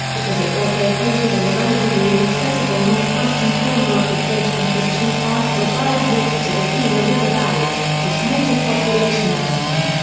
because it was located in a relatively inaccessible northwestern corner of the state and was too far to provide water to the gila river valley, its major population center.